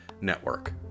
network